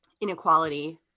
inequality